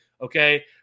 Okay